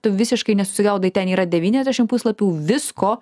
tu visiškai nesusigaudai ten yra devyniasdešim puslapių visko